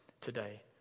today